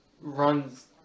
runs